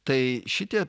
tai šitie